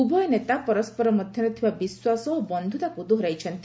ଉଭୟ ନେତା ପରସ୍କର ମଧ୍ୟରେ ଥିବା ବିଶ୍ୱାସ ଓ ବନ୍ଧୁତାକୁ ଦୋହରାଇଛନ୍ତି